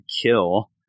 kill